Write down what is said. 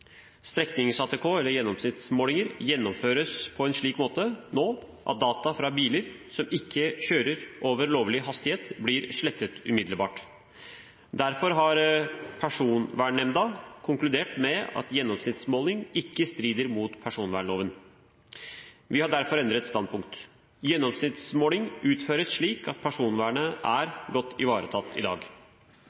Streknings-ATK eller gjennomsnittsmålinger gjennomføres nå på en slik måte at data om biler som ikke kjører over lovlig hastighet, blir slettet umiddelbart. Derfor har personvernnemnda konkludert med at gjennomsnittsmåling ikke strider mot personvernloven. Vi har derfor endret standpunkt. Gjennomsnittsmåling utføres i dag slik at personvernet er godt ivaretatt.